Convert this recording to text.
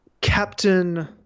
captain